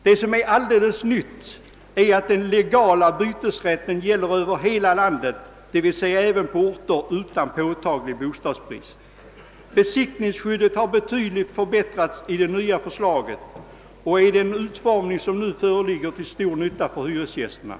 Vad som är alldeles nytt är att den legala bytesrätten gäller över hela landet, d. v. s. även på orter utan påtaglig bostadsbrist. Besittningsskyddet har betydligt förbättrats i det nya förslaget och är i den utformning som det nu erhållit till stor nytta för hyresgästerna.